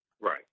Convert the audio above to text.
right